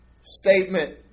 statement